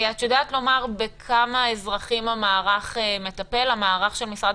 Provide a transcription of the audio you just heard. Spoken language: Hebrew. את יודעת לומר בכמה אזרחים המערך של משרד